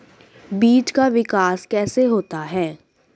बीज का विकास कैसे होता है?